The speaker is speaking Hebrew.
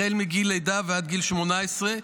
מגיל לידה ועד גיל 18,